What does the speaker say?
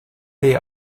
they